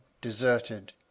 deserted